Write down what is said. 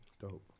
dope